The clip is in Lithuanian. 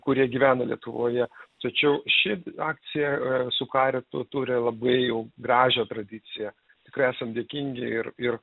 kurie gyvena lietuvoje tačiau ši akcija ir su karitu turi labai jau gražią tradiciją tikrai esam dėkingi ir ir